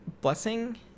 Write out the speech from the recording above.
blessing